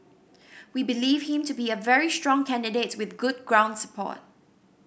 we believe him to be a very strong candidate with good ground support